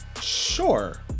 Sure